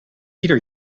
ieder